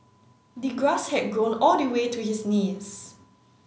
the grass had grown all the way to his knees